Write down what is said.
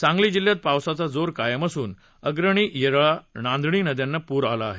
सांगली जिल्ह्यात पावसाचा जोर कायम असून अग्रणी येरळा नांदणी नद्यांना पूर आला आहे